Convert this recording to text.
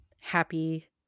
Happy